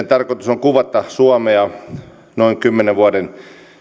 tarkoitus on kuvata suomea noin kymmenen vuoden